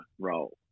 role